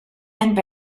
and